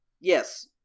Yes